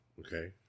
Okay